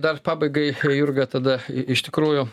dar pabaigai jurga tada iš tikrųjų